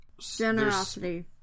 Generosity